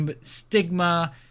stigma